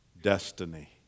destiny